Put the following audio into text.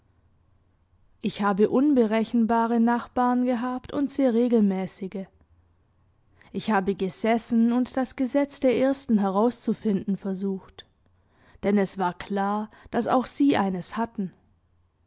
ich habe unberechenbare nachbaren gehabt und sehr regelmäßige ich habe gesessen und das gesetz der ersten herauszufinden versucht denn es war klar daß auch sie eines hatten